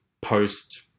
post